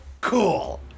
cool